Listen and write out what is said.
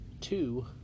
two